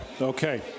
Okay